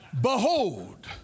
Behold